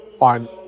on